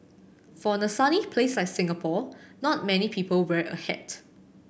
for a sunny place like Singapore not many people wear a hat